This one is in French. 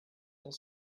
cent